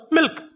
Milk